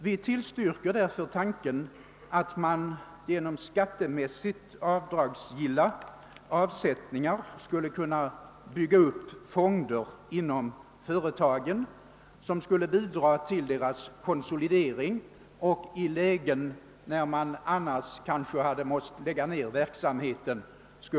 Vi tillstyrker därför tanken att man genom skattemässigt avdragsgilla avsättningar skulle kunna bygga upp fonder inom företagen vilka skulle bidra till företagens konsolidering och i situationer med nedläggningshot hjälpa företagen genom svårigheterna.